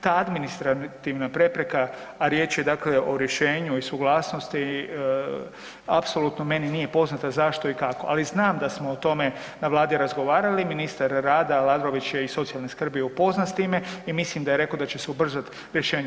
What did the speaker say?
Ta administrativna prepreka, a riječ je dakle o rješenju i suglasnosti apsolutno meni nije poznata zašto i kako, ali znam da smo o tome na vladi razgovarali, ministar rada Aladrović je iz socijalne skrbi upoznat s time i mislim da je rekao da će se ubrzat rješenje.